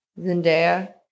Zendaya